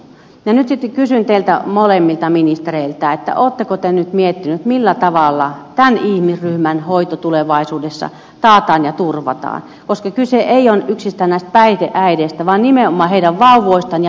nyt sitten kysyn teiltä molemmilta ministereiltä oletteko te nyt miettineet millä tavalla tämän ihmisryhmän hoito tulevaisuudessa taataan ja turvataan koska kyse ei ole yksistään näistä päihdeäideistä vaan nimenomaan heidän vauvoistaan ja perheistään